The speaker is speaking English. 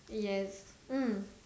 yes mm